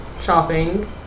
shopping